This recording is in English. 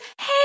hey